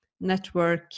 network